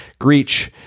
Greach